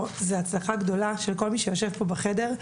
זו הצלחה גדולה של כל מי שיושב פה בחדר,